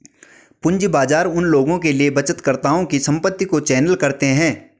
पूंजी बाजार उन लोगों के लिए बचतकर्ताओं की संपत्ति को चैनल करते हैं